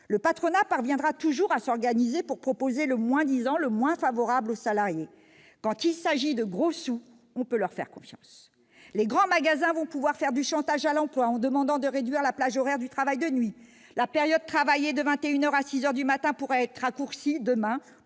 Le patronat parviendra toujours à s'organiser pour proposer le moins-disant le plus défavorable aux salariés. Quand il s'agit de gros sous, on peut leur faire confiance !( Les grands magasins vont pouvoir faire du chantage à l'emploi en demandant la réduction de la plage horaire du travail de nuit : la tranche de vingt et une heures à six heures pourra être raccourcie demain